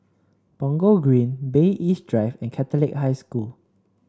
Punggol Green Bay East Drive and Catholic High School